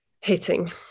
hitting